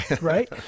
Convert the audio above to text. right